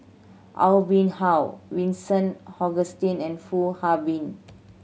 Aw Boon Haw Vincent Hoisington and Foo Ah Bee